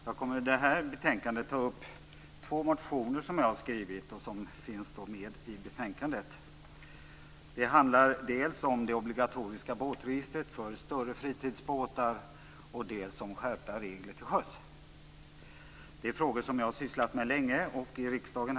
Fru talman! I det här anförandet kommer jag att ta upp två motioner som jag har skrivit och som finns med i betänkandet. Det handlar dels om det obligatoriska båtregistret för större fritidsbåtar, dels om skärpta regler till sjöss. Det är frågor som jag har sysslat med länge och drivit här i riksdagen.